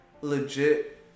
legit